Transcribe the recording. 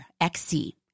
XC